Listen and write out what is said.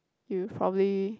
you probably